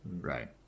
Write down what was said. Right